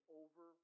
over